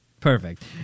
Perfect